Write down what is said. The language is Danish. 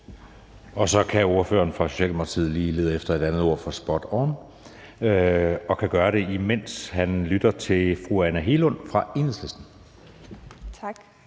Så kan ordføreren fra Socialdemokratiet lige lede efter et andet ord for »spot on«, og det kan han gøre, imens han lytter til fru Anne Hegelund fra Enhedslisten. Kl.